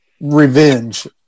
revenge